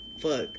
Fuck